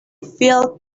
filled